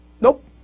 Nope